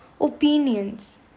opinions